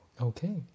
Okay